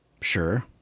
Sure